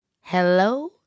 Hello